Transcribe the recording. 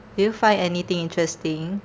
do you find anything interesting